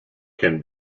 can